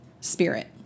spirit